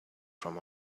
from